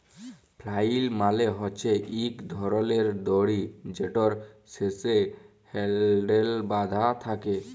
flail মালে হছে ইক ধরলের দড়ি যেটর শেষে হ্যালডেল বাঁধা থ্যাকে